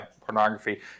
pornography